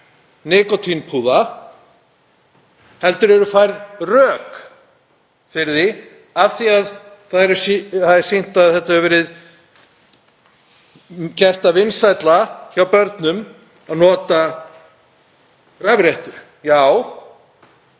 nikótínpúða heldur eru færð rök fyrir því, af því að sýnt er að þetta hefur gert það vinsælla hjá börnum að nota rafrettur.